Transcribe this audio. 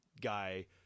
guy